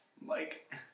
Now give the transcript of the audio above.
Mike